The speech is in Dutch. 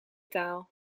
taal